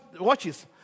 watches